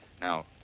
Now